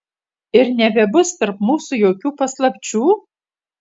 ir nebebus tarp mūsų jokių paslapčių